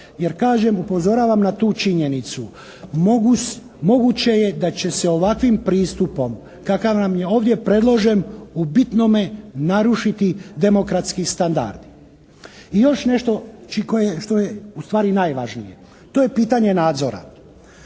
Jer kažem, upozoravam na tu činjenicu moguće je da će se ovakvim pristupom kakav nam je ovdje predložen u bitnome narušiti demokratski standardi. I još nešto što je u stvari i najvažnije. To je pitanje nadzora.